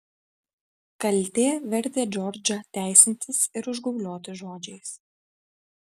kaltė vertė džordžą teisintis ir užgaulioti žodžiais